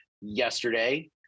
yesterday